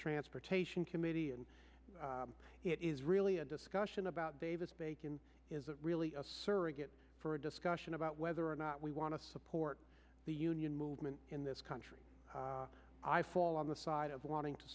transportation committee and it is really a discussion about davis bacon is really a surrogate for a discussion about whether or not we want to support the union movement in this country i fall on the side of wanting to